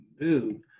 Dude